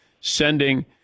sending